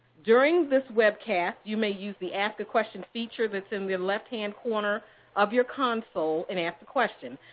during this webcast, you may use the ask a question feature that's in the left-hand corner of your console and ask a question.